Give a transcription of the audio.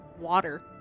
water